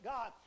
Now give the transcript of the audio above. God